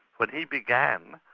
when he began,